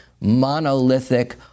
monolithic